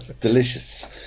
delicious